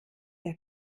der